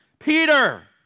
Peter